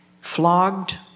flogged